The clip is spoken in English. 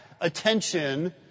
attention